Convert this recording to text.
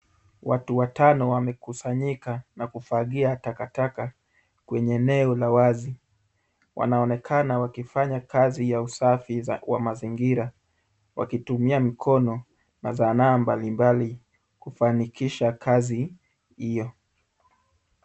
Watu watano wamekusanyika na kufagia takataka kwenye eneo la wazi, wanaonekana wakifanya kazi ya usafi wa mazingira, wakitumia mikono na zana mbalimbali, kufanikisha kazi hio.